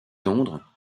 tendres